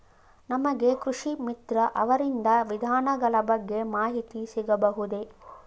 ನಮಗೆ ಕೃಷಿ ಮಿತ್ರ ಅವರಿಂದ ವಿಧಾನಗಳ ಬಗ್ಗೆ ಮಾಹಿತಿ ಸಿಗಬಹುದೇ?